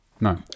no